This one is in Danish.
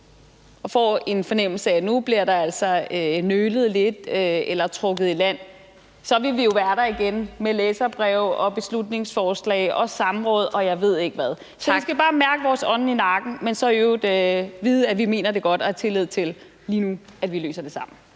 vi får en fornemmelse af, at nu bliver der altså nølet lidt eller trukket i land, så vil vi jo være der igen med læserbreve og beslutningsforslag og samråd, og jeg ved ikke hvad. Så I skal bare mærke vores ånde i nakken, men så i øvrigt vide, at vi mener det godt og har tillid til, at vi lige nu løser det sammen.